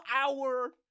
hour